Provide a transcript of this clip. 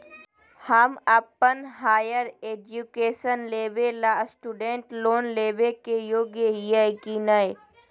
हम अप्पन higher education लेबे ला स्टूडेंट लोन लेबे के योग्य हियै की नय?